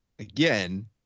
Again